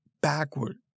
backward